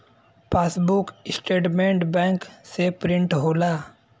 passbook statement bank से print होला